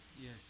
Yes